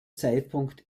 zeitpunkt